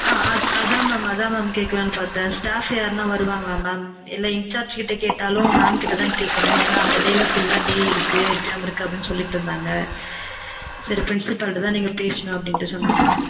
ஆ ஆ அதுதான் மேம் அதுதான் மேம் கேட்கலாம்ன்னு பார்த்தா ஸ்டாஃப்ஸ் யாரானா வருவாங்களா மேம் இல்லை இன்சார்ஜ் கிட்ட கேட்டாலும் மேம் கிட்ட தான் கேட்கணும் ஏன்னா அந்த டேயில் ஃபுல்லாக டே இருக்கு எக்ஸாம் இருக்கு அப்படின்னு சொல்லிட்டு இருந்தாங்க சரி பிரின்சிபால்கிட்ட தான் நீங்கள் பேசணும் அப்படின்ட்டு சொன்னாங்க மேம்